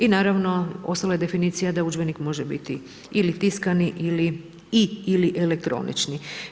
I naravno ostalo je definicija da udžbenik može biti ili tiskani i ili elektronični.